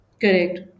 Correct